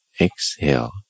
exhale